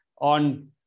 on